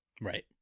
Right